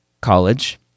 college